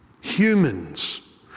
Humans